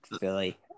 Philly